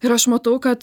ir aš matau kad